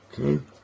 Okay